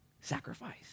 Sacrifice